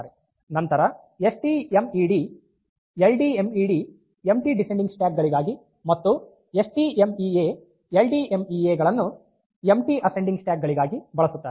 ನಂತರ S T M E D ಮತ್ತು L D M E D ಗಳನ್ನು empty descending stack ಗಳಿಗಾಗಿ ಮತ್ತು ಈ S T M E A ಮತ್ತು L D M E A ಗಳನ್ನು ಎಂಪ್ಟಿ ಅಸೆಂಡಿಂಗ್ ಸ್ಟ್ಯಾಕ್ ಗಳಿಗಾಗಿ ಬಳಸುತ್ತಾರೆ